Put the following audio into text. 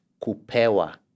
kupewa